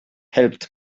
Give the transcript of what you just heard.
helped